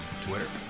Twitter